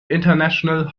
international